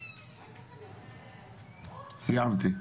סיימתי.